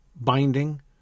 binding